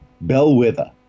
bellwether